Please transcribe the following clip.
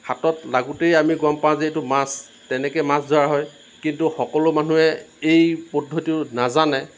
হাতত লাগোতেই আমি গম পাওঁ যে এইটো মাছ তেনেকৈ মাছ ধৰা হয় কিন্তু সকলো মানুহে এই পদ্ধতিও নাজানে